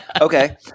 Okay